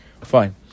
Fine